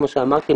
כמו שאמרתי,